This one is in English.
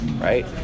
right